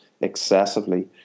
excessively